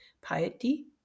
piety